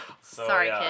sorry